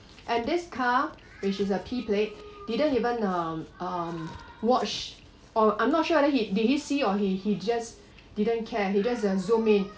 and this car which is a P plate didn't even um um watch or I'm not sure whether he did he see or he he just didn't care he just zoom in